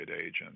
agent